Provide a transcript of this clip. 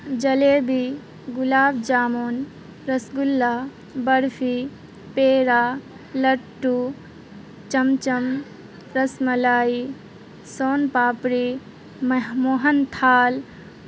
jalebi gulab jamun rasgulla barfi peda laddoo cham cham rasmalai soan papdi مہ موہن تھال